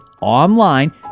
online